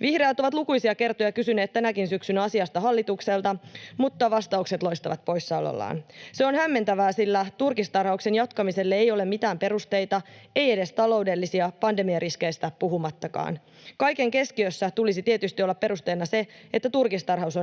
Vihreät ovat lukuisia kertoja kysyneet tänäkin syksynä asiasta hallitukselta, mutta vastaukset loistavat poissaolollaan. Se on hämmentävää, sillä turkistarhauksen jatkamiselle ei ole mitään perusteita, ei edes taloudellisia, pandemiariskeistä puhumattakaan. Kaiken keskiössä tulisi tietysti olla perusteena se, että turkistarhaus on eläinrääkkäystä